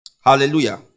Hallelujah